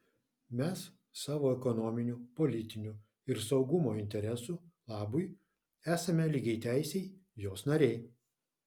mes savo ekonominių politinių ir saugumo interesų labui esame lygiateisiai jos nariai